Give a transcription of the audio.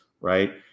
Right